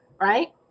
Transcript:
right